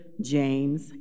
James